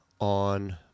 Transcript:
on